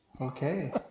okay